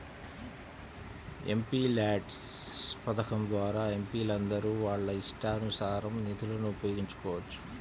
MPLADS పథకం ద్వారా ఎంపీలందరూ వాళ్ళ ఇష్టానుసారం నిధులను ఉపయోగించుకోవచ్చు